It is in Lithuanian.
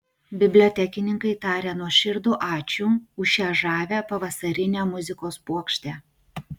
bibliotekininkai taria nuoširdų ačiū už šią žavią pavasarinę muzikos puokštę